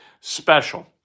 special